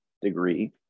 degree